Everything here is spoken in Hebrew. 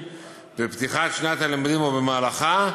בפתיחת שנת הלימודים או במהלכה,